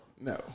No